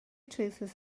trywsus